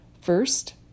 First